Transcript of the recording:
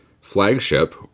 flagship